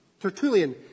Tertullian